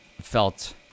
felt